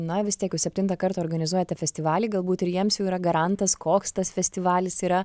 na vis tiek septintą kartą organizuojate festivalį galbūt ir jiems jau yra garantas koks tas festivalis yra